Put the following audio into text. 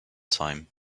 time